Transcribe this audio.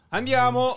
Andiamo